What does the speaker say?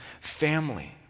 family